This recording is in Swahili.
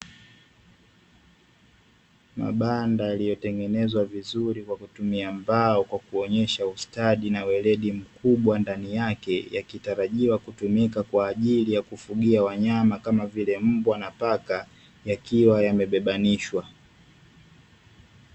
Mabanda yaliyotengenezwa vizuri kwa kutumia mbao, kwa kuonyesha ustadi na weledi mkubwa ndani yake, yakitarajiwa kutumika kwa ajili ya kufugiwa wanyama kama vile mbwa na paka, yakiwa yamebebanishwa.